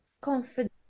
confidence